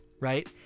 right